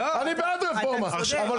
אני בעד רפורמה, אבל שתעבוד.